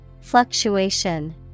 Fluctuation